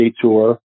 Tour